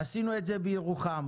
עשינו את זה בירוחם.